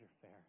fair